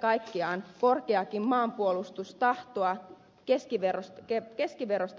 kaikkiaan nakertaa korkeaakin maanpuolustustahtoa keskiverrosta puhumattakaan